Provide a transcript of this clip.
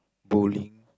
bowling